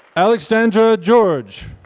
alexandra george,